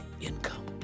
income